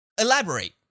elaborate